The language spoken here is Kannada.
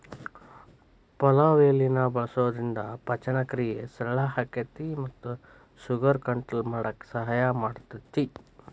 ಪಲಾವ್ ಎಲಿನ ಬಳಸೋದ್ರಿಂದ ಪಚನಕ್ರಿಯೆ ಸರಳ ಆಕ್ಕೆತಿ ಮತ್ತ ಶುಗರ್ ಕಂಟ್ರೋಲ್ ಮಾಡಕ್ ಸಹಾಯ ಮಾಡ್ತೆತಿ